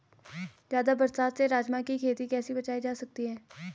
ज़्यादा बरसात से राजमा की खेती कैसी बचायी जा सकती है?